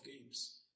games